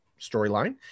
storyline